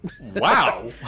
Wow